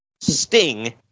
Sting